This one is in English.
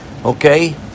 Okay